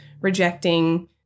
rejecting